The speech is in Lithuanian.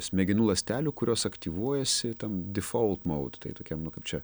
smegenų ląstelių kurios aktyvuojasi tam difolt maut tai tokiam nu kaip čia